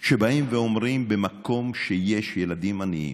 שבאים ואומרים, במקום שיש ילדים עניים,